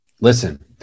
Listen